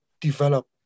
develop